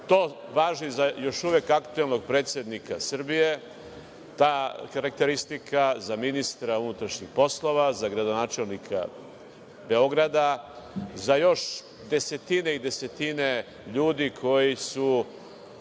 To važi za još uvek aktuelnog predsednika Srbije, ta karakteristika za ministra unutrašnjih poslova, za gradonačelnika Beograda, za još desetine i desetine ljudi koji su,